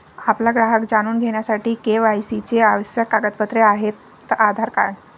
आपला ग्राहक जाणून घेण्यासाठी के.वाय.सी चे आवश्यक कागदपत्रे आहेत आधार कार्ड